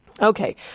Okay